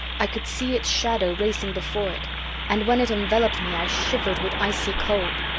i could see its shadow racing before it and when it enveloped me i shivered with icy cold.